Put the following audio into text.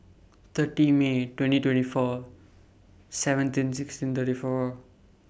thirty May twenty twenty four seventeen sixteen thirty four